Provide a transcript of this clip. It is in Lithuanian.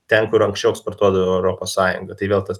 ten kur anksčiau eksportuodavo europos sąjunga tai vėl tas